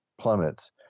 plummets